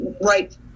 right